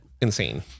Insane